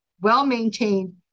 well-maintained